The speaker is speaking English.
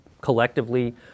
collectively